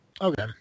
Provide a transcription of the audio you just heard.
Okay